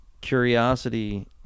curiosity